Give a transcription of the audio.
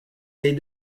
est